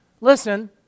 listen